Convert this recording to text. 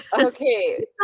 okay